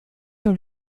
sur